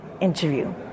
interview